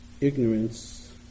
ignorance